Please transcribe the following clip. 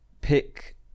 pick